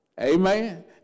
Amen